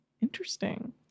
Interesting